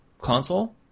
console